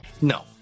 No